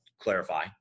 clarify